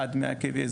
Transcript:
עד 100 קילו-וואט,